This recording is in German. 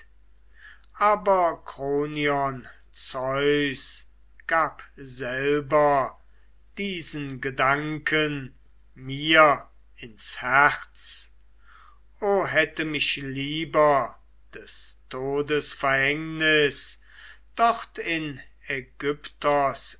aber kronion zeus gab selber diesen gedanken mir ins herz o hätte mich lieber des todes verhängnis dort in aigyptos